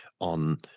on